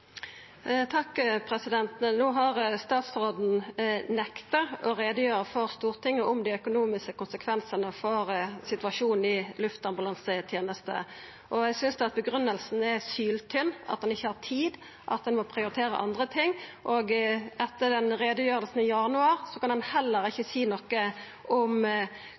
har statsråden nekta å greia ut for Stortinget om dei økonomiske konsekvensane av situasjonen i luftambulansetenesta, og eg synest grunngivinga er syltynn – at han ikkje har tid, at han må prioritera andre ting. Etter utgreiinga i januar kan han heller ikkje seia noko om